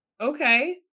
Okay